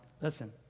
listen